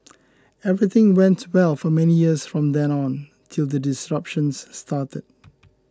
everything went well for many years from then on till the disruptions started